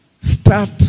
start